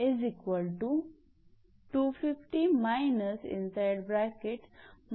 तर 𝑃 पासून 𝑂𝑃′ पर्यंतचे अंतर इतके आहे